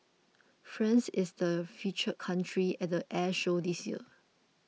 France is the feature country at the air show this year